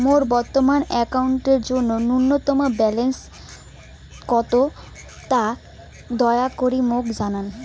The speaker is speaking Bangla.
মোর বর্তমান অ্যাকাউন্টের জন্য ন্যূনতম ব্যালেন্স কত তা দয়া করি মোক জানান